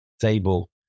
table